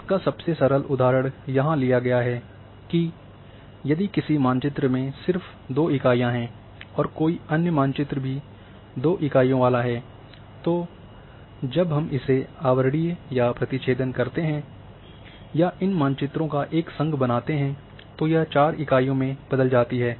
इसका सबसे सरल उदाहरण यहाँ लिया गया है कि यदि किसी मानचित्र में सिर्फ दो इकाइयां हैं और कोई अन्य मानचित्र भी दो इकाइयों वाला है तो जब हम इसे आवरणीय या प्रतिछेदन करते हैं या इन मानचित्रों का एक संघ बनाते हैं तो यह चार इकाइयों में बदल जाती हैं